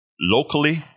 locally